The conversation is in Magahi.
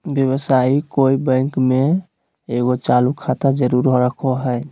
व्यवसायी कोय बैंक में एगो चालू खाता जरूर रखो हइ